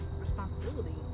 responsibility